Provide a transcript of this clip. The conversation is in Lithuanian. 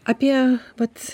apie vat